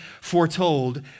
foretold